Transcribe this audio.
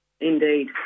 Indeed